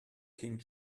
king